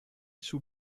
sous